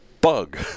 bug